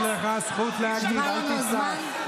יש לך זכות להגיב, אל תצעק.